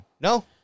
No